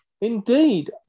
Indeed